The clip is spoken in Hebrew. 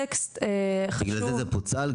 בגלל זה זה פוצל,